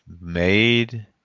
made